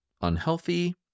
unhealthy